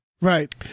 right